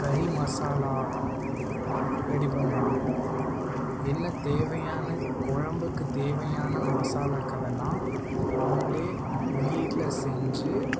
கறி மசாலா ரெடி பண்ணுவாங்க என்ன தேவையான குழம்புக்கு தேவையான மசாலாக்கள் எல்லாம் அவங்களே வீட்டில் செஞ்சு